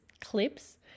clips